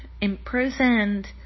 imprisoned